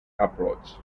approach